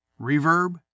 reverb